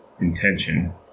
intention